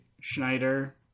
Schneider